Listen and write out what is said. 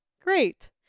great